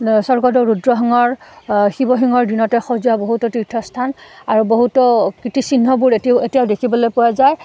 স্বৰ্গদেউ ৰুদ্ৰসঙৰ শিৱসিংহৰ দিনতে সজোৱা বহুতো তীৰ্থস্থান আৰু বহুতো কীৰ্তিচিহ্নবোৰ এতিও এতিয়াও দেখিবলৈ পোৱা যায়